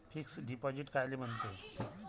Fix deposit कायले म्हनते?